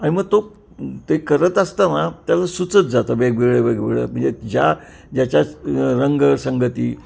आणि मग तो ते करत असताना त्याला सुचत जातं वेगवेगळे वेगवेगळ्या म्हणजे ज्या ज्याच्यात रंगसंगती